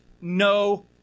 no